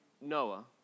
Noah